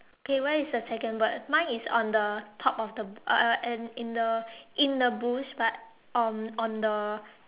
okay where is the second bird mine is on the top of the uh uh and in the in the bush but um on the